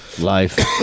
Life